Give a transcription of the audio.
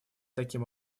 таким